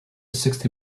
sixty